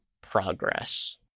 progress